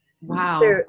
Wow